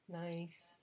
Nice